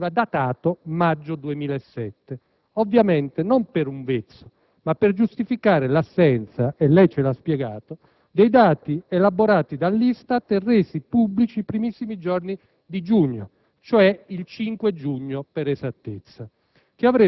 veniva datato maggio 2007. Questo ovviamente non per un vezzo, ma per giustificare l'assenza - e lei ce lo ha spiegato - dei dati elaborati dall'ISTAT e resi pubblici i primissimi giorni di giugno, cioè il 5 giugno, per esattezza,